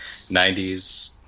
90s